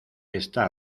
está